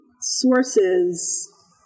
sources